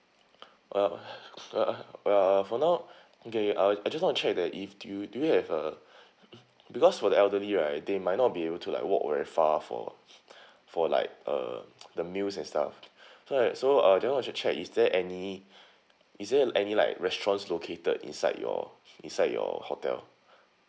uh uh uh for now okay I I just want to check that if you do you have a because for the elderly right they might not be able to like walk very far for for like uh the meals and stuff so like so uh therefore just check is there any is there any like restaurants located inside your inside your hotel